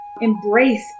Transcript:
embrace